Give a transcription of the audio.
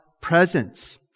presence